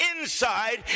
inside